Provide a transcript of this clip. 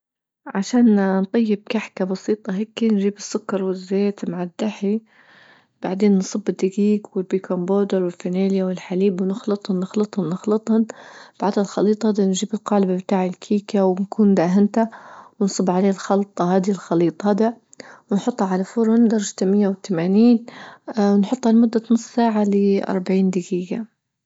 عشان نطيب كحكة بسيطة هيكى نجيب السكر والزيت مع الدحي بعدين نصب الدجيج والبيكنج بودر والفانيليا والحليب ونخلطهن-نخلطهن-نخلطهن بعد الخليطة بدنا نجيب القالب بتاع الكيكة وبنكون داهنتها ونصب عليه الخلطة هذي الخليط هذا ونحطه على فرن درجة مية وتمانين اه نحطها لمدة نص ساعة لاربعين دجيجة.